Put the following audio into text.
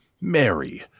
Mary